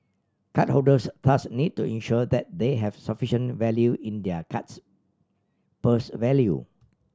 card holders thus need to ensure that they have sufficient value in their card's purse value